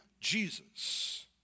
Jesus